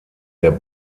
der